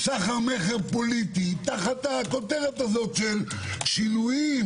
סחר מכר פוליטי תחת הכותרת של שינויים,